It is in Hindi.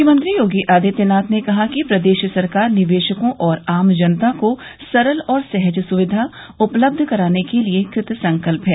मुख्यमंत्री योगी आदित्यनाथ ने कहा है कि प्रदेश सरकार निवेशकों और आम जनता को सरल और सहज सुविधा उपलब्ध कराने के लिये कृत संकल्प है